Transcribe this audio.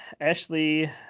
Ashley